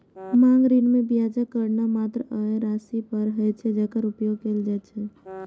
मांग ऋण मे ब्याजक गणना मात्र ओइ राशि पर होइ छै, जेकर उपयोग कैल जाइ छै